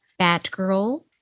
Batgirl